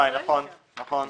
נכון.